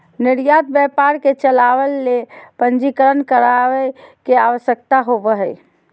निर्यात व्यापार के चलावय ले पंजीकरण करावय के आवश्यकता होबो हइ